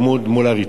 אין דבר כזה.